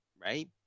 right